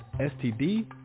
STD